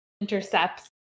intercepts